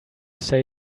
say